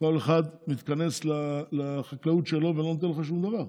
כל אחד מתכנס לחקלאות שלו ולא נותן לך שום דבר.